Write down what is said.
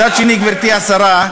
מצד שני, גברתי השרה,